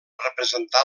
representar